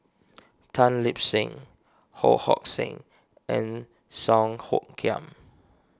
Tan Lip Seng Ho Hong Sing and Song Hoot Kiam